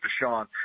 Deshaun